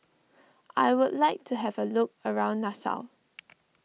I would like to have a look around Nassau